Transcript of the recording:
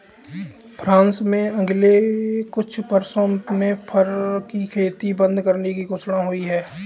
France में अगले कुछ वर्षों में फर की खेती बंद करने की घोषणा हुई है